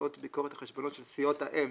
תוצאות ביקורת החשבונות של סיעות האם